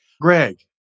Greg